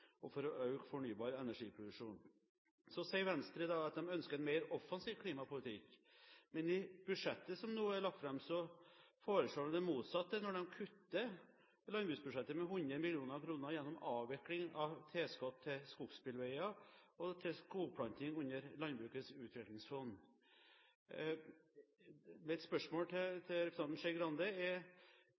og for å øke fornybar energiproduksjon. Så sier Venstre at de ønsker en mer offensiv klimapolitikk. Men i budsjettet som nå er lagt fram, foreslår de det motsatte når de kutter landbruksbudsjettet med 100 mill. kr. gjennom avvikling av tilskudd til skogsbilveier og til skogplanting under Landbrukets utviklingsfond. Mitt spørsmål til representanten Skei Grande er: